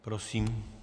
Prosím.